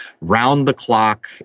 round-the-clock